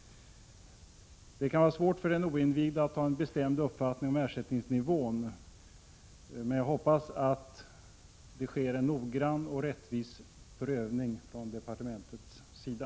Det kan vara svårt för en oinvigd att ha en bestämd uppfattning om ersättningsnivån. Jag hoppas emellertid att det sker en noggrann och rättvis prövning från departementets sida.